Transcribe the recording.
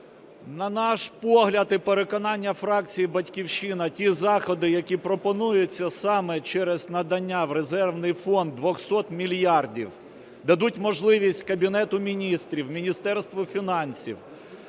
На наш погляд і переконання, фракції "Батьківщина", ті заходи, які пропонуються саме через надання в резервний фонд 200 мільярдів, дадуть можливість Кабінету Міністрів, Міністерству фінансів,